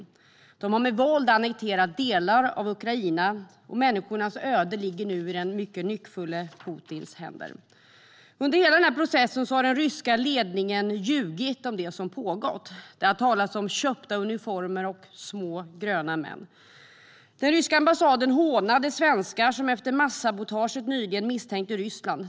Landet har med våld annekterat delar av Ukraina, och människornas öde ligger nu i den mycket nyckfulle Putins händer. Under hela processen har den ryska ledningen ljugit om det som pågått. Det har talats om köpta uniformer och små gröna män. Den ryska ambassaden hånade svenskar som efter mastsabotaget nyligen misstänkte Ryssland.